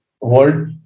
world